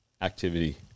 activity